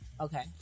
okay